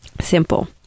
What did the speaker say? Simple